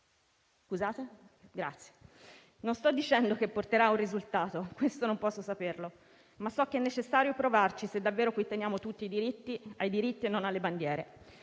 Non sto dicendo che porterà a un risultato - questo non posso saperlo - ma so che è necessario provarci se davvero qui teniamo tutti ai diritti e non alle bandiere.